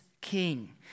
king